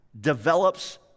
develops